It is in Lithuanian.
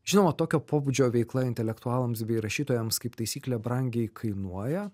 žinoma tokio pobūdžio veikla intelektualams bei rašytojams kaip taisyklė brangiai kainuoja